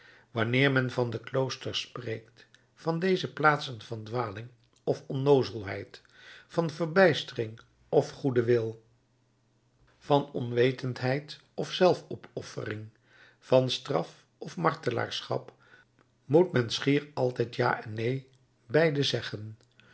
wanneer men van de kloosters spreekt van deze plaatsen van dwaling of onnoozelheid van verbijstering of goeden wil van onwetendheid of zelfopoffering van straf of martelaarschap moet men schier altijd ja en neen beide zeggen